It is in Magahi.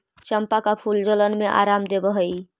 चंपा का फूल जलन में आराम देवअ हई